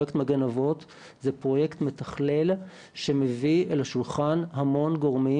פרויקט "מגן אבות" זה פרויקט מתכלל שמביא אל השולחן המון גורמים.